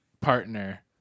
partner